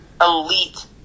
elite